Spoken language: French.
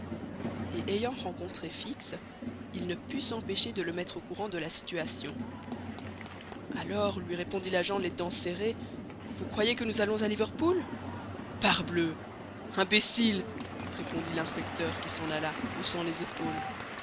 et ayant rencontré fix il ne put s'empêcher de le mettre au courant de la situation alors lui répondit l'agent les dents serrées vous croyez que nous allons à liverpool parbleu imbécile répondit l'inspecteur qui s'en alla haussant les épaules